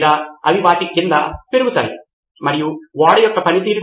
విద్యార్థులు దీన్ని వ్యక్తపరుస్తారు మరియు వారి స్వంత నోట్స్లను వ్రాస్తారు